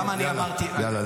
למה אמרתי --- יאללה,